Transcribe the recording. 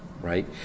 right